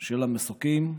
של המסוקים.